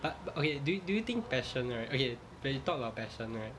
but but okay do you do you think passion right okay when you talk about passion right